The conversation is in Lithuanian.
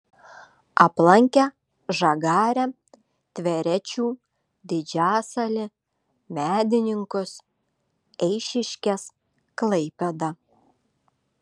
aplankė žagarę tverečių didžiasalį medininkus eišiškes klaipėdą